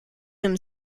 him